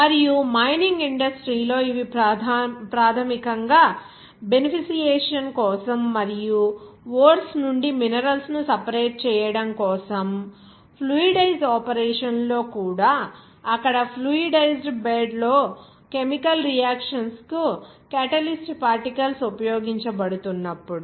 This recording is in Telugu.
మరియు మైనింగ్ ఇండస్ట్రీ లో ఇవి ప్రాథమికంగా బెనెఫిసియేషన్ కోసం మరియు ఓర్స్ నుండి మినరల్స్ ను సెపరేట్ చేయడం కోసం ఫ్లూయిడైజ్ ఆపరేషన్ లో కూడాఅక్కడ ఫ్లూయిడిజ్డ్ బెడ్ లో కెమికల్ రియాక్షన్స్ కు క్యాటలిస్ట్ పార్టికల్స్ ఉపయోగించబడుతున్నప్పుడు